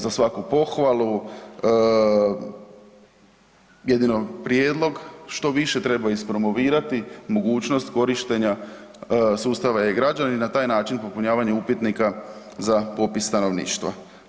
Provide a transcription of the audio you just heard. Za svaku pohvalu, jedino prijedlog, što više treba ispromovirati mogućnost korištenja e-Građani, na taj način popunjavanja upitnika za popis stanovništva.